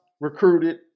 recruited